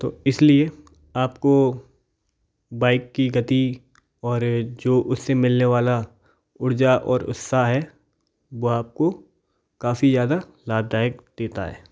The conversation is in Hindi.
तो इस लिए आप को बाइक की गति और जो उससे मिलने वाली ऊर्जा और उत्साह है वो आप को काफ़ी ज़्यादा लाभदायक देता है